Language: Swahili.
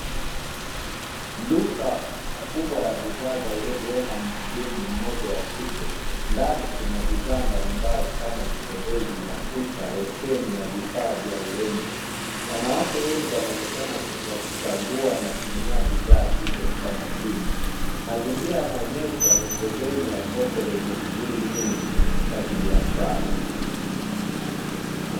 Duka kubwa la bidhaa za urembo lililo na mhudumu mmoja wa kike, ndani kuna bidhaa mbalimbali kama vipodozi, mafuta, losheni na vifaa vya urembo. Wanawake wengi wanaonekana wakichagua na kununua bidhaa hizo kwa makini. Mazingira yanaonyesha ni sehemu ya soko lenye shughuli nyingi za kibiashara.